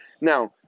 Now